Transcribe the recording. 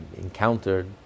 encountered